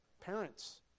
Parents